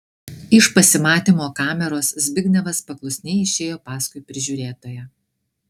iš pasimatymo kameros zbignevas paklusniai išėjo paskui prižiūrėtoją